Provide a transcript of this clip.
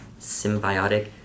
symbiotic